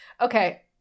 Okay